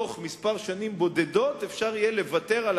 בתוך שנים בודדות יהיה אפשר לוותר על